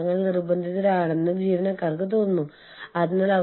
എന്നാൽ പ്രാദേശിക ജീവനക്കാരുടെ കാര്യത്തിൽ ഇത് സംഭവിക്കില്ല